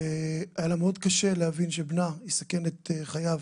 שהיה לה מאוד קשה להבין שבנה יסכן את חייו